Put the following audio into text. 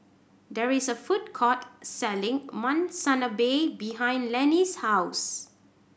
there is a food court selling Monsunabe behind Lennie's house